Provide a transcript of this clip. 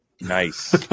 nice